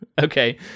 okay